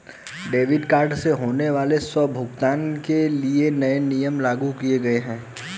debit card से होने वाले स्वतः भुगतान के लिए नए नियम लागू किये गए है